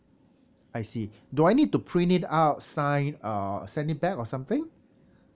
I see do I need to print it out sign uh send it back or something